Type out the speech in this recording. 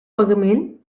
pagament